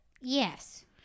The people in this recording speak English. Yes